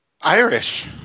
Irish